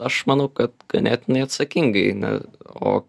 aš manau kad ganėtinai atsakingai na o